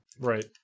Right